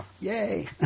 Yay